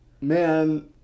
man